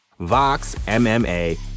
VOXMMA